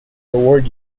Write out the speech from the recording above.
award